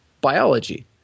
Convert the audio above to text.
biology